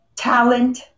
Talent